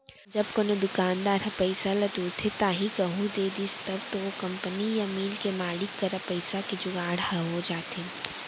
जब कोनो दुकानदार ह पइसा ल तुरते ताही कहूँ दे दिस तब तो ओ कंपनी या मील के मालिक करा पइसा के जुगाड़ ह हो जाथे